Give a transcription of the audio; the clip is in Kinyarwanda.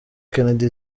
kennedy